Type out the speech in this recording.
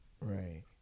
Right